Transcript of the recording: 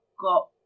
got